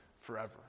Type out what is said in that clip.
forever